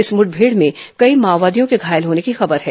इस मुठमेड़ में कई माओवादियों के घायल होने की खबर है